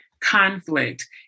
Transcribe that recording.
conflict